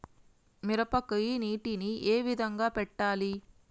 మిరపకి నీటిని ఏ విధంగా పెట్టాలి?